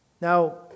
Now